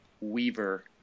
Weaver